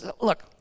look